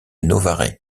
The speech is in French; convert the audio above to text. novare